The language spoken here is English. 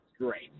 Great